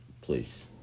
please